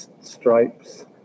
stripes